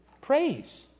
Praise